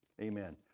Amen